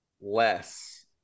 less